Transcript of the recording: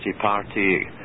Party